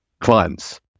Clients